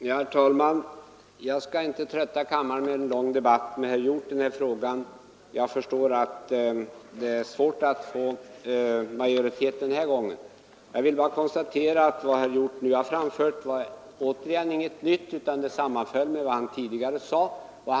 Herr talman! Jag skall inte trötta kammarens ledamöter genom en lång debatt med herr Hjorth i denna fråga. Jag förstår att det är svårt att få majoritet denna gång för mitt yrkande. Jag vill bara konstatera att det som herr Hjorth nu har anfört återigen inte var något nytt utan sammanföll med vad han tidigare sagt.